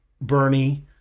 Bernie